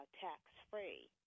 tax-free